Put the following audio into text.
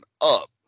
up